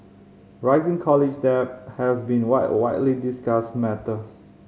rising college debt has been a widely discussed matter